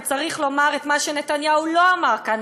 וצריך לומר את מה שנתניהו לא אמר כאן,